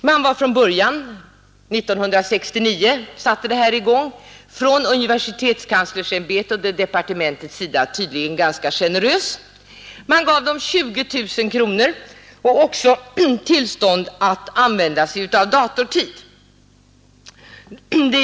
Från början — år 1969 sattes detta i gång — var man från universitetskanslersämbetets och departementets sida ganska generös. Man gav gruppen 20 000 kronor och också tillstånd att använda datortid.